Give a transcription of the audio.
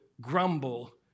grumble